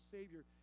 Savior